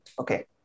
Okay